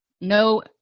No